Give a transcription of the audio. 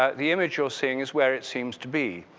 ah the image you're seeing is where it seems to be.